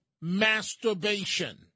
masturbation